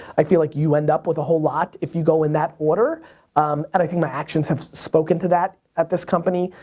i feel like you end up with a whole lot if you go in that order um and i think my actions have spoken to that at this company.